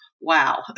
wow